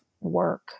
work